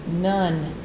None